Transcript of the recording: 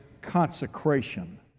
consecration